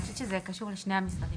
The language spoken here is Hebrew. אני חושבת שזה קשור לשני המשרדים,